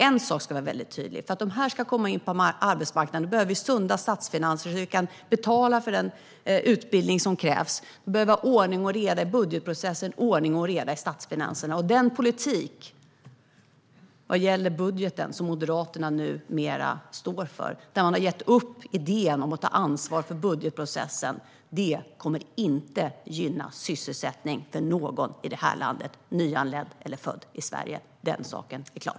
En sak är väldigt tydlig: För att de ska komma in på arbetsmarknaden behöver vi sunda statsfinanser så att vi kan betala för den utbildning som krävs. Vi behöver ha ordning och reda i budgetprocessen och ordning och reda i statsfinanserna. Den budgetpolitik som Moderaterna står för nu, där man har gett upp idén om att ta ansvar för budgetprocessen, skulle inte gynna sysselsättningen för någon i detta land - nyanländ eller född i Sverige. Den saken är klar.